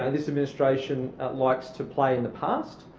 yeah this administration likes to play in the past.